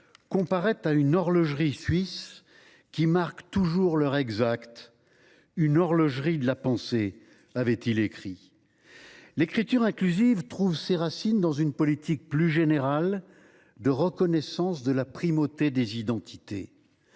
comparait à une horlogerie suisse qui marque toujours l’heure exacte :« une horlogerie de la pensée » avait il écrit. L’écriture inclusive trouve ses racines dans une politique plus générale de reconnaissance de la primauté des identités.